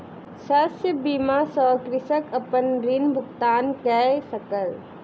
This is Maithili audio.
शस्य बीमा सॅ कृषक अपन ऋण भुगतान कय सकल